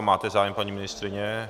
Máte zájem, paní ministryně?